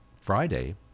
Friday